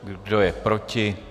Kdo je proti?